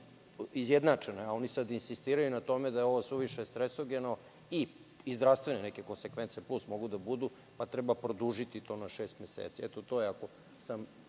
izjednačeno. Oni sada insistiraju na tome da je ovo suviše stresogeno i zdravstvene neke konsekvence plus mogu da budu, pa treba produžiti to na šest meseci.